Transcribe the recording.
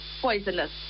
poisonous